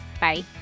Bye